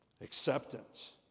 acceptance